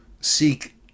seek